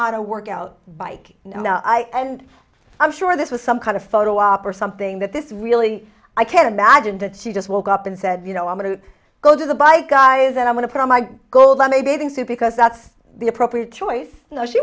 a workout bike now i and i'm sure this was some kind of photo op or something that this really i can't imagine that she just woke up and said you know i'm going to go to the bike guys that i'm going to put on my gold lam bathing suit because that's the appropriate choice you know she